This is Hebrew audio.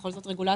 בכל זאת רגולטור,